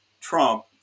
Trump